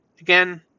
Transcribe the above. again